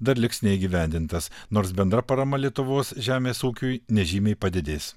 dar liks neįgyvendintas nors bendra parama lietuvos žemės ūkiui nežymiai padidės